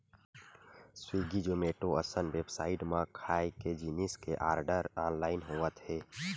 Swiggy, Zomato असन website म खाए के जिनिस के आरडर ऑनलाइन होवत हे